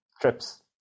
trips